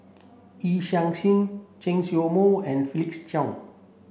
Yee Chia Hsing Chen Show Mao and Felix Cheong